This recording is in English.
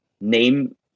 name